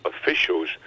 officials